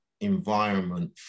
environment